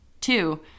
Two